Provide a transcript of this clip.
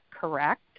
correct